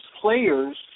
players